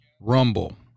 Rumble